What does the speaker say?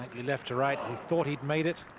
left to right. thought he'd made it.